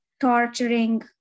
torturing